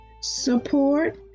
support